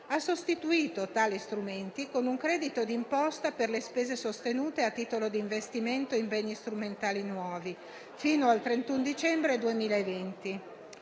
ha sostituito tali strumenti con un credito d'imposta per le spese sostenute a titolo di investimento in beni strumentali nuovi fino al 31 dicembre 2020.